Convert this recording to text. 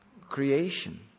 creation